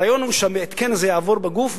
הרעיון הוא שההתקן הזה יעבור בגוף,